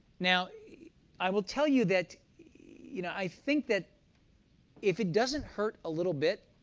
now i will tell you that you know i think that if it doesn't hurt a little bit,